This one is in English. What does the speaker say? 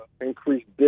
increased